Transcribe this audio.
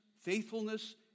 faithfulness